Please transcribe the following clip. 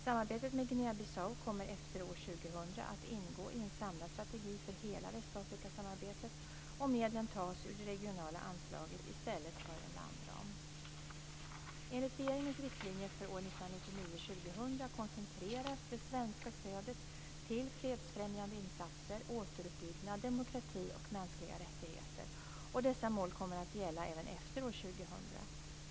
Samarbetet med Guinea-Bissau kommer efter år 2000 att ingå i en samlad strategi för hela Västafrikasamarbetet, och medlen tas ur det regionala anslaget i stället för en landram. koncentreras det svenska stödet till fredsfrämjande insatser, återuppbyggnad, demokrati och mänskliga rättigheter. Dessa mål kommer att gälla även efter år 2000.